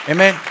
Amen